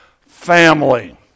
family